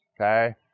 okay